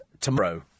tomorrow